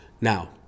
Now